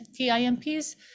TIMPs